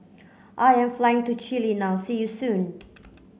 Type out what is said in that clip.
I am flying to Chile now see you soon